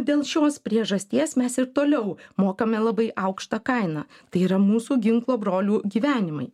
dėl šios priežasties mes ir toliau mokame labai aukštą kainą tai yra mūsų ginklo brolių gyvenimai